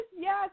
yes